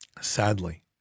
Sadly